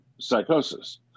psychosis